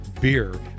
Beer